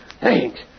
Thanks